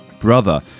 brother